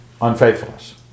unfaithfulness